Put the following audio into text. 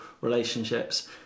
relationships